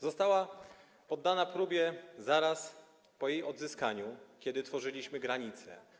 Została poddana próbie zaraz po jej odzyskaniu, kiedy tworzyliśmy granice.